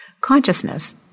Consciousness